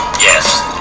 Yes